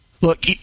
Look